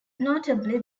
notably